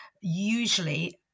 usually